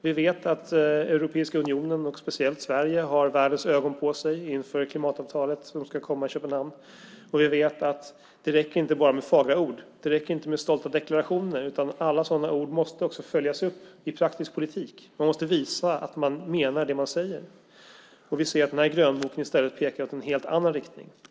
Vi vet att Europeiska unionen och speciellt Sverige har världens ögon på sig inför det klimatavtal som ska komma i Köpenhamn. Vi vet också att det inte räcker med enbart fagra ord. Det räcker inte med stolta deklarationer, utan alla sådana här ord måste följas upp i praktisk politik. Man måste visa att man menar det man säger. Vi ser att den här grönboken i stället pekar i en helt annan riktning.